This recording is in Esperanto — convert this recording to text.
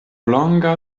longa